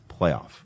playoff